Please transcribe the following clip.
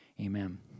Amen